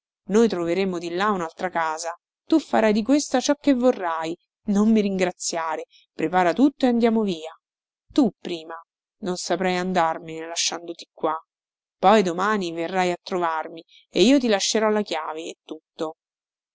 noi troveremo di là unaltra casa tu farai di questa ciò che vorrai non mi ringraziare prepara tutto e andiamo via tu prima non saprei andarmene lasciandoti qua poi domani verrai a trovarmi e io ti lascerò la chiave e tutto